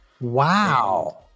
wow